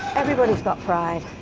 everybody's got pride.